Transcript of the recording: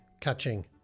catching